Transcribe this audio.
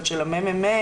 של המ.מ.מ